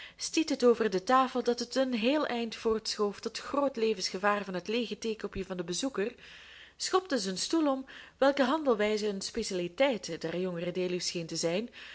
stiet het over de tafel dat het een heel eind voortschoof tot groot levensgevaar van het leege theekopje van den bezoeker schopte zijn stoel om welke handelwijze een specialiteit der jongere deluws scheen te zijn